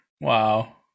Wow